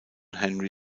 henri